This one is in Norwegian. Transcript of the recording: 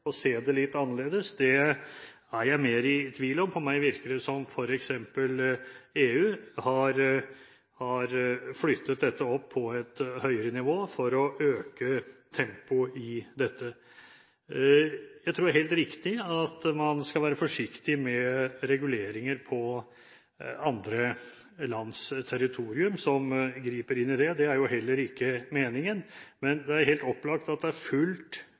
det litt annerledes, er jeg mer i tvil om. På meg virker som om f.eks. EU har flyttet dette opp på et høyere nivå for å øke tempoet i dette. Jeg tror det er helt riktig at man skal være forsiktig med reguleringer på andre lands territorium, som griper inn i det – det er jo heller ikke meningen. Men det er helt opplagt at det er fullt